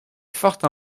forte